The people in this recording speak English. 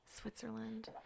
Switzerland